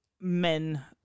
men